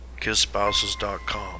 KISSspouses.com